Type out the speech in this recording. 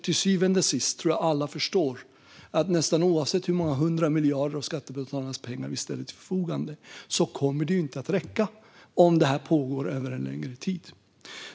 Till syvende och sist tror jag att alla förstår att nästan oavsett hur många hundra miljarder av skattebetalarnas pengar vi ställer till förfogande kommer det inte att räcka om detta pågår en längre tid.